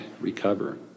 recover